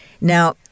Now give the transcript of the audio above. Now